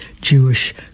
Jewish